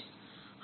હવે હું આ pv